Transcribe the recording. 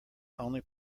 only